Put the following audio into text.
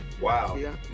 Wow